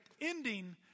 ending